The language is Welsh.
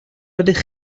ydych